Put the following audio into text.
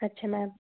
ਅੱਛਾ ਮੈਮ